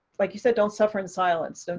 like you said, don't suffer in silence. so